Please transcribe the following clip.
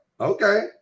Okay